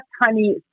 honey